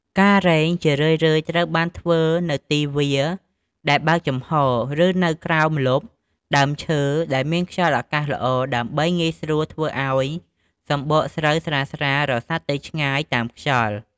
ការរែង ជារឿយៗត្រូវបានធ្វើនៅទីវាលដែលបើកចំហរ ឬនៅក្រោមម្លប់ដើមឈើដែលមានខ្យល់អាកាសល្អ ដើម្បីងាយស្រួលឱ្យសម្បកស្រូវស្រាលៗរសាត់ទៅឆ្ងាយតាមខ្យល់។